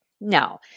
No